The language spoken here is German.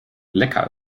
lecker